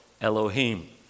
Elohim